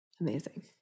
Amazing